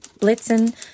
Blitzen